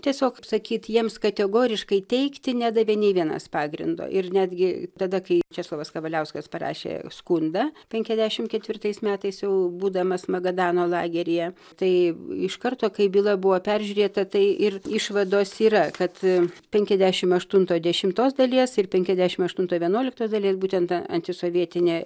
tiesiog sakyt jiems kategoriškai teigti nedavė nei vienas pagrindo ir netgi tada kai česlovas kavaliauskas parašė skundą penkiasdešimt ketvirtais metais jau būdamas magadano lageryje tai iš karto kai byla buvo peržiūrėta tai ir išvados yra kad penkiasdešimt aštunto dešimtos dalies ir penkiasdešimt aštunto vienuoliktos dalies būtent antisovietinė